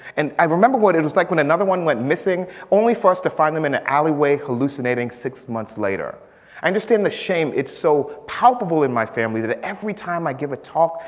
and i have remembered what is was like when another one went missing only for us to find them in an alleyway hallucinating six months later. i understand the shame, it's so palpable in my family that every time i give a talk.